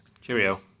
Cheerio